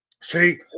See